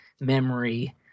memory